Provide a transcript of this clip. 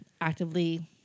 actively